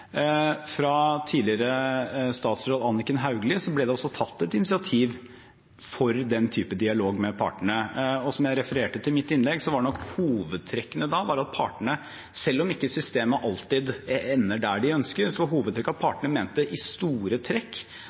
Fra tidligere statsråd Anniken Hauglie ble det også tatt et initiativ til den type dialog med partene, og som jeg refererte til i mitt innlegg, var nok hovedtrekkene da at partene, selv om ikke systemet alltid ender der de ønsker, i store trekk mente at systemet i